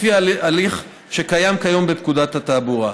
לפי הליך שקיים כיום בפקודת התעבורה.